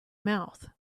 mouth